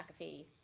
McAfee